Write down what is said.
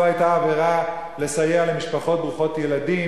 לא היתה עבירה לסייע למשפחות ברוכות ילדים.